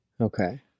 Okay